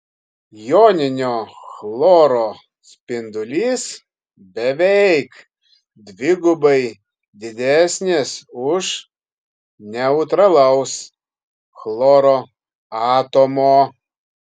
joninio chloro spindulys beveik dvigubai didesnis už neutralaus chloro atomo